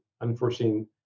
unforeseen